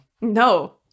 no